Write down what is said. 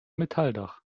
metalldach